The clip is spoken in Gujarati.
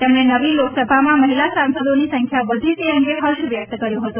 તેમણે નવી લોકસભામાં મહિલા સાંસદોની સંખ્યા વધી તે અંગે હર્ષ વ્યક્ત કર્યો હતો